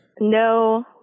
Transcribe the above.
No